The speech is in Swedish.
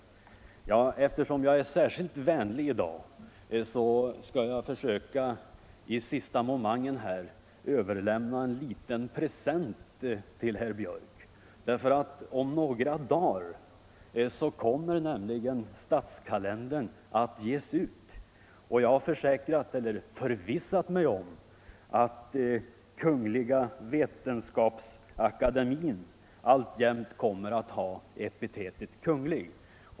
Eftersom jag är särskilt vänlig i dag skall jag så här i sista momangen överlämna en liten present till herr Björck. Om några dagar kommer statskalendern ut, och jag har förvissat mig om att Vetenskapsakademien alltjämt kommer att ha epitetet Kunglig.